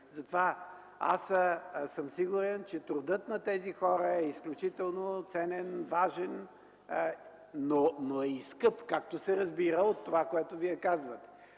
спиране. Сигурен съм, че трудът на тези хора е изключително ценен, важен, но е и скъп, както се разбира от това, което казвате.